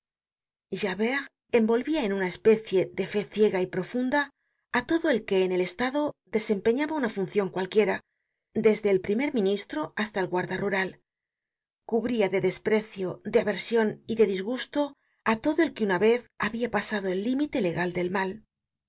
rebelion javert envolvia en una especie de fé ciega y profunda á todo el que en el estado desempeñaba una funcion cualquiera desde el primer ministro hasta el guarda rural cubria de desprecio de aversion y de disgusto á todo el que una vez habia pasado el límite legal del mal era